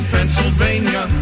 Pennsylvania